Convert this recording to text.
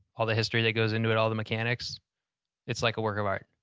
all the history that goes into it, all the mechanics it's like a work of art.